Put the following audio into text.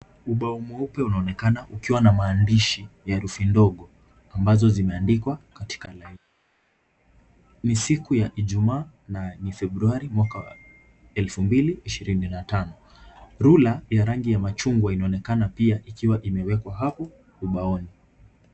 Ubao mweupe unaonekana ukiwa na maandishi herufi ndogo ambazo zimeandikwa katika laini. Ni siku ya Ijumaa na ni Februari mwaka wa 2025. Rula ya rangi ya machungwa inaonekana pia ikiwa imewekwa hapo ubaoni.